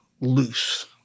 loose